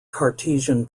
cartesian